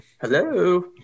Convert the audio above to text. Hello